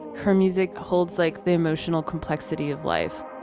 car music holds like the emotional complexity of life